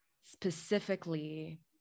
specifically